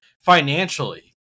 financially